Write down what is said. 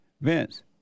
Vince